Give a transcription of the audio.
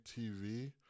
TV